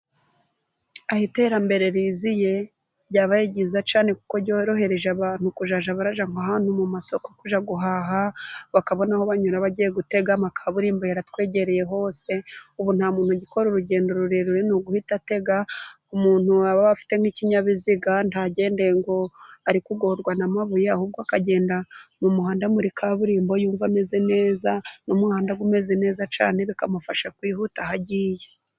Aho iterambere riziye ryabaye ryiza cyane, kuko ryorohereje abantu kuzajya bajya nk'ahantu mu masoko kujya guhaha, bakabona aho banyura bagiye gutega. Amakaburimbo yaratwegereye hose ubu nta muntu ugikora urugendo rurerure ni uguhita atega, umuntu waba afite nk'ikinyabiziga ntagende ngo ari kugorwa n'amabuye ahubwo akagenda mu muhanda muri kaburimbo yumva ameze neza. Ni umuhanda umeze neza cyane, bikamufasha kwihuta aho agiye.